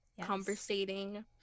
conversating